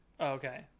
okay